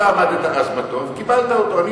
אתה עמדת אז בתור וקיבלת אותו.